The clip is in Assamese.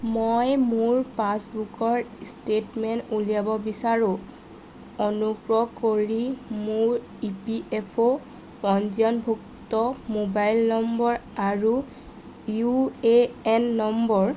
মই মোৰ পাছবুকৰ ষ্টেটমেণ্ট উলিয়াব বিচাৰোঁ অনুগ্ৰহ কৰি মোৰ ই পি এফ অ' পঞ্জীয়নভুক্ত মোবাইল নম্বৰ আৰু ইউ এ এন নম্বৰ